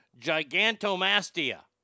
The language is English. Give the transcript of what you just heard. gigantomastia